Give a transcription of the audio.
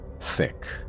thick